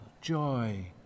joy